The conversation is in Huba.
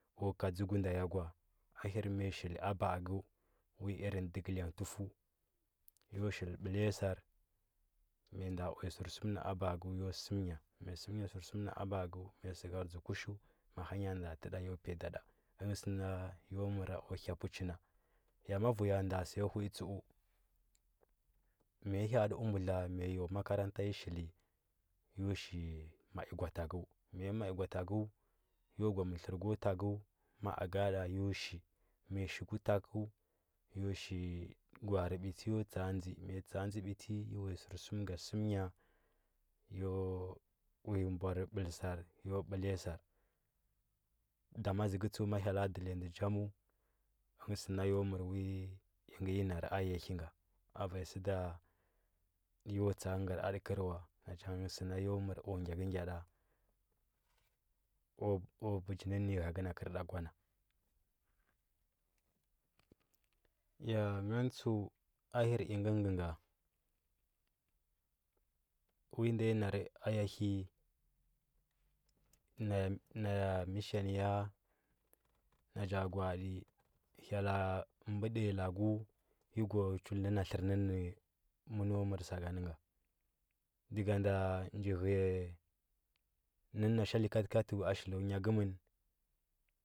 Aku dzəgu nda ya kwa ahir ma ya shili aba. akə wi irin dəgə ləng tufəu yo shili bəlya sar, ma ya nda uya sərsu akəu ma ya səm nya sərsum nə aba. akəu ga stkar dzə kushidu ma haya nda tɗɗa ba, a ya piyatuda angə sə nay o mə aku iya puschi nay a ma vuya nɗa səya hui ma ya ha. atə aba mbutla ma yay o makaranta yi shili yo shili mai gwa takəu ma yam ai gwa takzu yo gwa mər tlər go takəu ma akəu da yo shi ma ya shi kul takdu yo shi gwamarə biti yo lsa. adzə biti ma ya uya sərsum ga səmnya yo uya mbar bəlsar yo bəlya sar dama zəkə tsəu ma hyel la dələ vi njamə dngt səna yo mərr vui ngə ya narə a ya hi nga sə da nda yo tsakə gərə atəkərə wa na cha nge sə nda yo mər ku gyakə na yada ku bəji nə ya ghəkə na kərda kw ana ya ngan tsəu irin inga vui nnda ya narə aya hə nay a mission y ana cha gwa, ati hyella budəya laku yi go t chul nə na tlər nd məno mər saga nə na daga nda nja gha ya nə na sha likatə katju a shilə nya kəmən,